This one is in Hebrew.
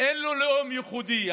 אין לו לאום ייחודי.